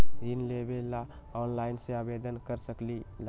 ऋण लेवे ला ऑनलाइन से आवेदन कर सकली?